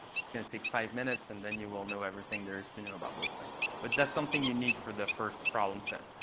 it's going to take five minutes, and then you will know everything there is to know about those things but that's something you need for the first problem set.